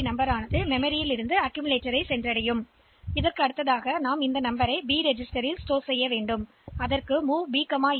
D எண்ணை நினைவகத்திலிருந்து குவிப்பான் வரை பெறும் பின்னர் பி பதிவேட்டில் எண்ணை சேமிக்கிறோம்